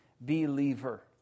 believer